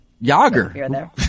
Yager